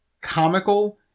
comical